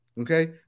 Okay